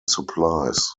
supplies